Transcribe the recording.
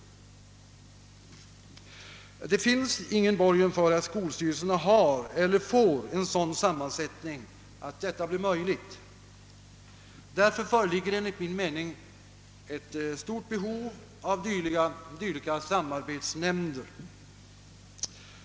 Det finns ingen borgen för att skolstyrelserna har eller får en sådan sammansättning att detta blir möjligt. Därför föreligger enligt min mening ett stort behov av dylika samarbetsnämnder.